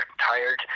tired